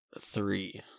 Three